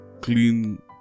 clean